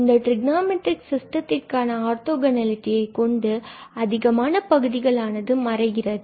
இந்த trigonometric சிஸ்டத்திற்கான ஆர்த்தோகனாலிடியைக் கொண்டு அதிகமான பகுதிகள் ஆனது மறைகிறது